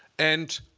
and